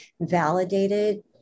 validated